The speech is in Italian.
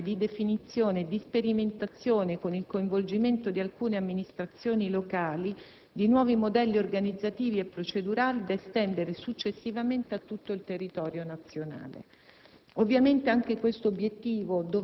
che ha dato avvio ad una fase triennale di definizione e di sperimentazione, con il coinvolgimento di alcune amministrazioni locali, di nuovi modelli organizzativi e procedurali da estendere, successivamente, a tutto il territorio nazionale.